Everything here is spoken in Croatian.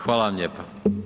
Hvala vam lijepa.